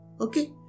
Okay